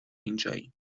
اینجایی